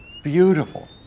Beautiful